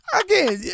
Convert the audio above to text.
Again